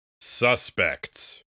Suspects